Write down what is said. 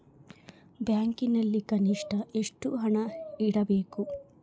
ಬ್ಯಾಂಕಿನಲ್ಲಿ ಕನಿಷ್ಟ ಎಷ್ಟು ಹಣ ಇಡಬೇಕು?